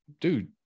dude